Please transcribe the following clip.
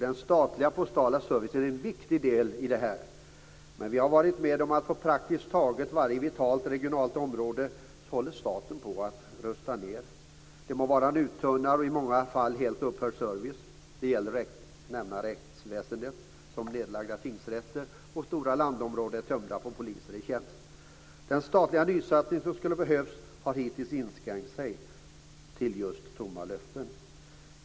Den statliga postala servicen är en viktig del i detta. Men vi har varit med om att staten på praktiskt taget varje vitalt regionalt område håller på att rusta ned. Det må vara en uttunnad och i många fall helt upphörd service. Det räcker med att nämna rättsväsendet såsom nedlagda tingsrätter, och stora landområden är tömda på poliser i tjänst. Den statliga nysatsning som skulle ha behövts har hittills inskränkt sig till tomma löften.